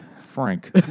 Frank